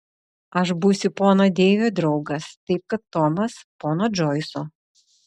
aš būsiu pono deivio draugas kaip kad tomas pono džoiso